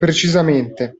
precisamente